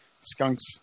Skunks